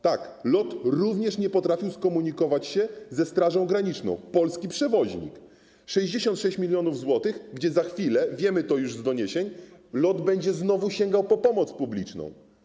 Tak, LOT również nie potrafił skomunikować się ze Strażą Graniczną, polski przewoźnik - 66 mln zł - w sytuacji gdy za chwilę, wiemy to już z doniesień, znowu będzie sięgał po pomoc publiczną.